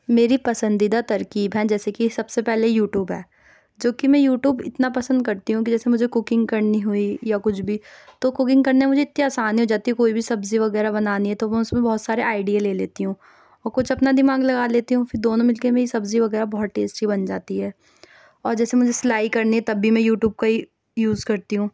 میری پسندیدہ ترکیب ہیں جیسے کہ سب سے پہلے یو ٹیوب ہے جو کہ میں یو ٹیوب اتنا پسند کرتی ہوں کہ جیسے مجھے کوکینگ کرنی ہوئی یا کچھ بھی تو کوکینگ کرنے میں مجھے اتنی آسانی ہو جاتی کوئی بھی سبزی وغیرہ بنانی ہے تو میں اُس میں بہت سارے آئیڈیا لے لیتی ہوں اور کچھ اپنا دماغ لگا لیتی ہوں پھر دونوں مل کے میری سبزی وغیرہ بہت ٹیسٹی بن جاتی ہے اور جیسے مجھے سلائی کرنی ہے تب بھی میں یو ٹیوب کا ہی یوز کرتی ہوں